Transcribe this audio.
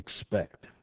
expect